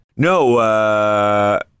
No